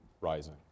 rising